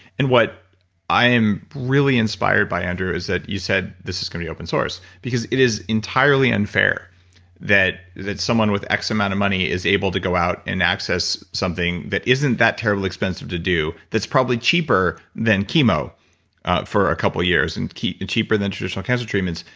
and what i am really inspired by andrew is that you said this is going to be open source. because it is entirely unfair that that someone with x amount of money is able to go out and access something that isn't that terribly expensive to do, that's probably cheaper than chemo for a couple years. and and cheaper than traditional cancer treatments.